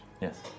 Yes